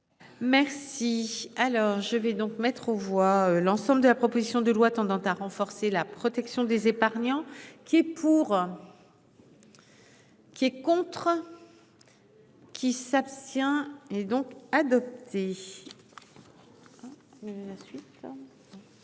Merci. Alors je vais donc mettre aux voix l'ensemble de la proposition de loi tendant à renforcer la protection des épargnants qui est pour. Qui est contre. Qui s'abstient et donc adopté. La